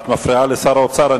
את מפריעה לשר האוצר.